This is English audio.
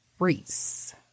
reese